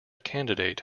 candidate